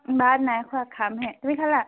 ভাত নাই খোৱা খাম হে তুমি খালা